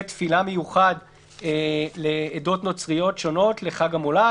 תפילה מיוחד לעדות נוצריות שונות לחג המולד.